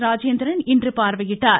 ராஜேந்திரன் இன்று பார்வையிட்டார்